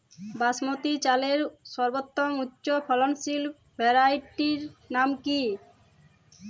বাসমতী চালের সর্বোত্তম উচ্চ ফলনশীল ভ্যারাইটির নাম কি?